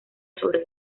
sobre